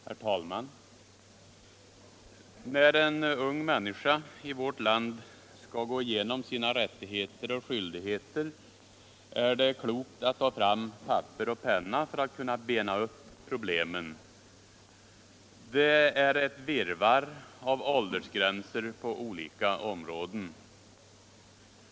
Herr talman! När en ung människa i vårt land skall gå igenom sina rättigheter och skyldigheter är det klokt att ta fram papper och penna för att kunna bena upp problemen. Det är ett virrvarr av åldergränser på olika områden.